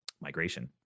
migration